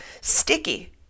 sticky